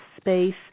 space